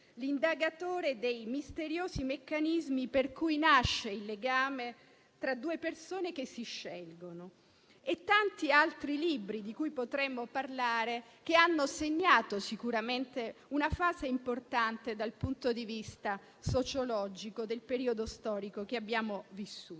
l'indagatore dei misteriosi meccanismi per cui nasce il legame tra due persone che si scelgono. Ci sono tanti altri suoi libri di cui potremmo parlare, che hanno segnato sicuramente una fase importante dal punto di vista sociologico del periodo storico che abbiamo vissuto.